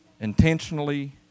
intentionally